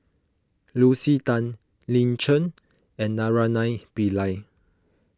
Lucy Tan Lin Chen and Naraina Pillai